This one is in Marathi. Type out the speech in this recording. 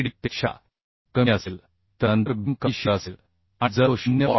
6Vd पेक्षा कमी असेल तर नंतर बीम कमी शिअर असेल आणि जर तो 0